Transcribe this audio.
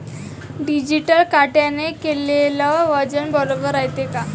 Digital काट्याने केलेल वजन बरोबर रायते का?